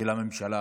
של הממשלה: